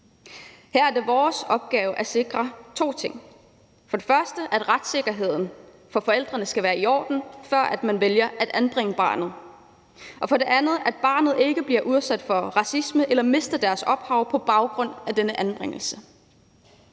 Her er det vores opgave at sikre to ting; for det første, at retssikkerheden for forældrene skal være i orden, før man vælger at anbringe barnet; og for det andet, at barnet ikke bliver udsat for racisme eller mister sit ophav på baggrund af denne anbringelse.